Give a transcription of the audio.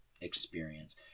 experience